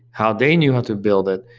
how they knew how to build it,